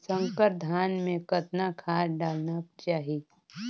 संकर धान मे कतना खाद डालना चाही?